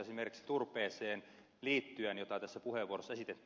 esimerkiksi turpeeseen liittyen linjauksia joita tässä puheenvuorossa esitettiin